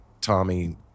Tommy